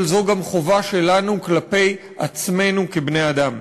אבל זו גם חובה שלנו כלפי עצמנו כבני-אדם.